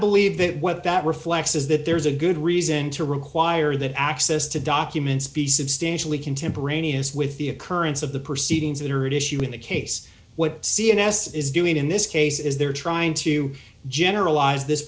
believe that what that reflects is that there is a good reason to require that access to documents be substantially contemporaneous with the occurrence of the proceedings that are at issue in the case what c n n s is doing in this case is they're trying to generalize this